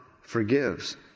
forgives